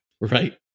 Right